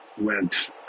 went